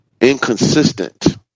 inconsistent